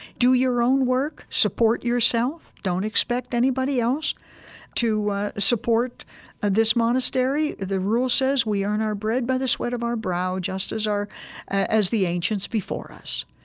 do your own work, support yourself, don't expect anybody else to support this monastery. the rule says we earn our bread by the sweat of our brow just as our as the ancients before us.